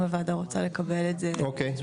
אם הוועדה רוצה לקבל את זה --- אוקיי,